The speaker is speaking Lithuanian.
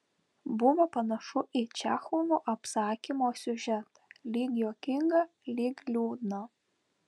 buvo panašu į čechovo apsakymo siužetą lyg juokingą lyg liūdną